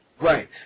Right